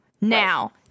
Now